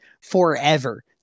forever